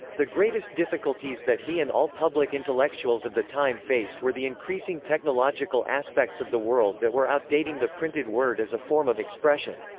the greatest difficulties that he and all public intellectuals of the time faced were the increasing technological aspects of the world that were outdating the printed word as a form of expression.